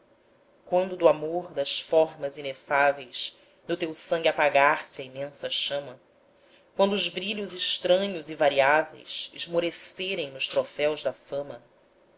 quando do amor das formas inefáveis no teu sangue apagar-se a imensa chama quando os brilhos estranhos e variáveis esmorecerem nos troféus da fama